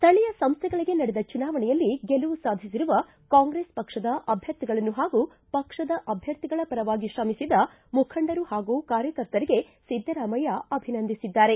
ಸ್ಥಳೀಯ ಸಂಸ್ಥೆಗಳಗೆ ನಡೆದ ಚುನಾವಣೆಯಲ್ಲಿ ಗೆಲುವು ಸಾಧಿಸಿರುವ ಕಾಂಗ್ರೆಸ್ ಪಕ್ಷದ ಅಭ್ಲರ್ಥಿಗಳನ್ನು ಹಾಗೂ ಪಕ್ಷದ ಅಭ್ಞರ್ಥಿಗಳ ಪರವಾಗಿ ಶ್ರಮಿಸಿದ ಮುಖಂಡರು ಹಾಗೂ ಕಾರ್ಯಕರ್ತರಿಗೆ ಸಿದ್ದರಾಮಯ್ಯ ಅವರು ಅಭಿನಂದಿಸಿದ್ದಾರೆ